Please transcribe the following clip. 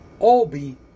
obi